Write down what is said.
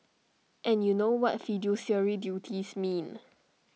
and you know what fiduciary duties mean